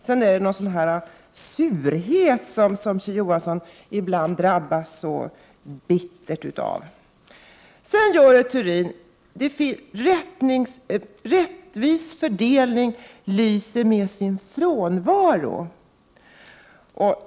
Det är något slags surhet som Kjell Johansson ibland drabbas så bittert av. Görel Thurdin säger att en rättvis fördelning lyser med sin frånvaro.